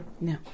No